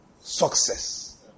Success